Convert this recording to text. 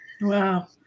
Wow